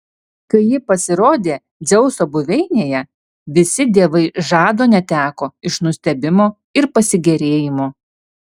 kai ji pasirodė dzeuso buveinėje visi dievai žado neteko iš nustebimo ir pasigėrėjimo